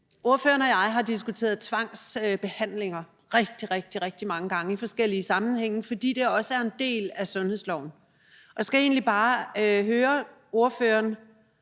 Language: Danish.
Ordføreren og jeg har diskuteret tvangsbehandling rigtig, rigtig mange gange i forskellige sammenhænge, fordi det også er en del af sundhedsloven. Så jeg skal egentlig bare høre ordføreren,